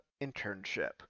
internship